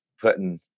putting